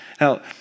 Now